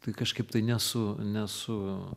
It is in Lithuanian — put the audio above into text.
tai kažkaip tai nesu nesu